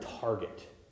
target